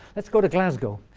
let's go to glasgow.